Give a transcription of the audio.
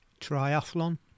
triathlon